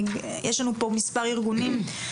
יש לנו פה מספר ארגונים.